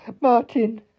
Martin